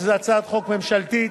זה הצעת חוק ממשלתית.